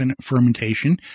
fermentation